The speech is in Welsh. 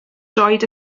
droed